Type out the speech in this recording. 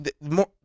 more